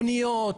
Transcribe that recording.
אוניות,